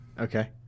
Okay